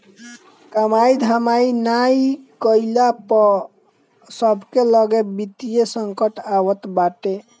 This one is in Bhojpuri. कमाई धमाई नाइ कईला पअ सबके लगे वित्तीय संकट आवत बाटे